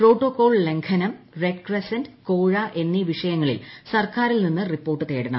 protocol ലംഘനം Red Crescent കോഴ എന്നീ വിഷയങ്ങളിൽ സർക്കാരിൽ നിന്ന് റിപ്പോർട്ട് തേടണം